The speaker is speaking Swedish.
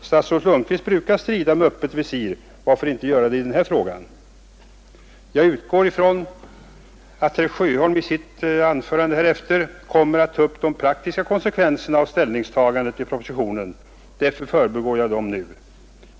Statsrådet Lundkvist brukar strida med öppet visir; varför inte göra det i den här frågan? Jag utgår från att herr Sjöholm i sitt anförande kommer att ta upp de praktiska konsekvenserna av ställningstagandet i propositionen och därför förbigår jag dem nu.